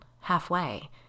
halfway